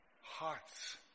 Hearts